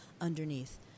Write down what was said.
underneath